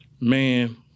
Man